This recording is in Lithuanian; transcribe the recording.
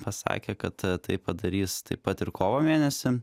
pasakė kad tai padarys taip pat ir kovo mėnesį